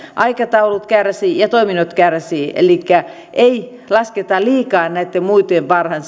aikataulut kärsivät ja toiminnot kärsivät elikkä ei lasketa liikaa näitten muitten varaan